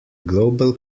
global